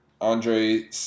Andre